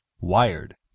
wired